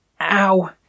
Ow